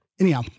Anyhow